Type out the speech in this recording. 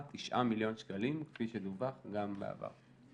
9 מיליון שקלים כפי שדווח גם בעבר.